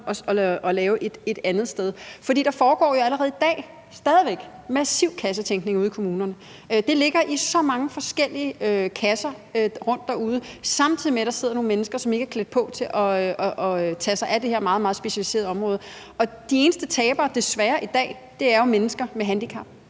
og lægge et andet sted. For der foregår jo allerede i dag – stadig væk – massiv kassetænkning ude i kommunerne. Det ligger i så mange forskellige kasser derude, samtidig med at der sidder nogle mennesker, som ikke er klædt på til at tage sig af det her meget, meget specialiserede område. Og de eneste tabere i dag er jo desværre mennesker med handicap.